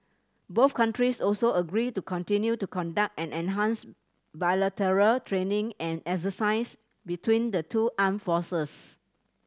both countries also agreed to continue to conduct and enhance bilateral training and exercises between the two armed forces